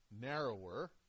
narrower